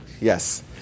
Yes